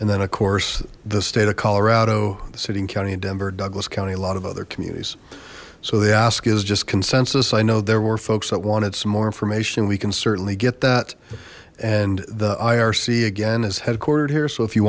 and then of course the state of colorado the city and county of denver douglas county a lot of other communities so they ask is just consensus i know there were folks that wanted some more information we can certainly get that and the irc again is headquartered here so if you